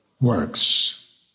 works